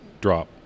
drop